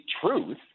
truth